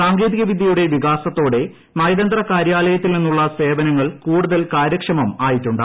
സാങ്കേതിക വിദ്യയുടെ വികാസത്തോടെ നയതന്ത്ര കാര്യാലയത്തിൽ നിന്നുളള സേവനങ്ങൾ കൂടുതൽ കാര്യക്ഷമമായിട്ടുണ്ട്